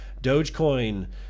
Dogecoin